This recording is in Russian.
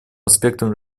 аспектом